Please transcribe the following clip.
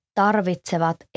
tarvitsevat